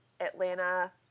Atlanta